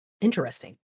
Interesting